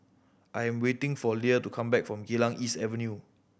I am waiting for Leia to come back from Geylang East Avenue